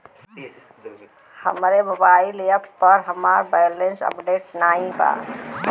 हमरे mobile app पर हमार बैलैंस अपडेट नाई बा